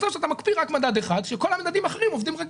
מצב שאתה מקפיא רק מדד אחד כשכל המדדים האחרים עובדים רגיל.